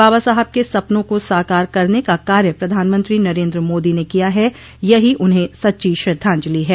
बाबा साहब के सपनों को साकार करने का कार्य प्रधानमंत्री नरेन्द्र मोदी ने किया है यही उन्हें सच्ची श्रद्वाजलि है